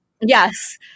Yes